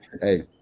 hey